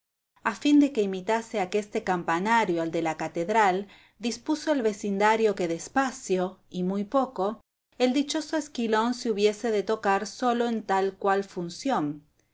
a fin de que imitase aqueste campanario al de la catedral dispuso el vecindario que despacio y muy poco el dichoso esquilón se hubiese de tocar sólo en tal cual función